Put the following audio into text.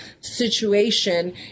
situation